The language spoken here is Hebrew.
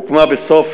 הוקמה בסוף,